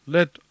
Let